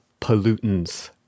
pollutants